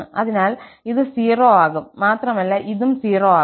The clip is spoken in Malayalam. അതിനാൽ ഇത് 0 ആകും മാത്രമല്ല ഇതും 0 ആകും